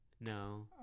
No